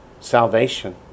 salvation